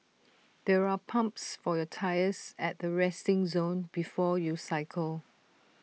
there are pumps for your tyres at the resting zone before you cycle